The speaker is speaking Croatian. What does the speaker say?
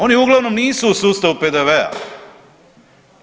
Oni uglavnom nisu u sustavu PDV-a.